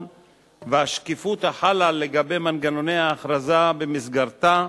והשקיפות החלה לגבי מנגנוני ההכרזה במסגרתה,